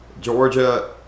Georgia